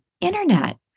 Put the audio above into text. internet